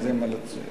נחזור